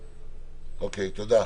תודה.